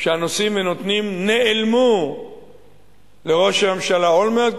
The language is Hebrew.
שהנושאים ונותנים נעלמו לראש הממשלה אולמרט,